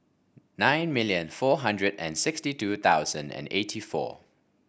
nine million four hundred and sixty two thousand and eighty four